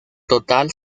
total